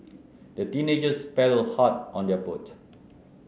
the teenagers paddled hard on their boat